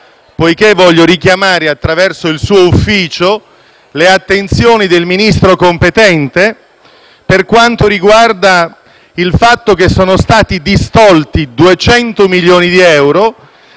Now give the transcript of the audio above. poiché voglio richiamare, attraverso il suo ufficio, le attenzioni del Ministro competente per quanto riguarda il fatto che sono stati distolti 200 milioni di euro